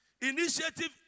Initiative